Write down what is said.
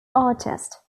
artist